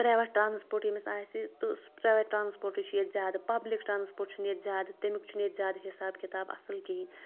private transport ییٚمِس آسہِ تہٕ سُہ پرٛیویٹ ٹرٛانٕسپوٹٕے چھِ ییٚتہِ زیادٕ پَبلِک ٹرٛانٕسپوٹ چھُنہٕ ییٚتہِ زیادٕ تَمیُٚک چھُنہٕ ییٚتہِ زیادٕ حِساب کِتاب اَصٕل کِہیٖنۍ